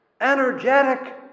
energetic